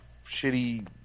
shitty